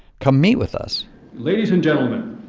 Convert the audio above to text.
come meet with us ladies and gentlemen,